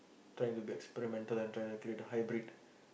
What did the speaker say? trying to get experimental and trying to create a hybrid